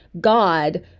God